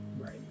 right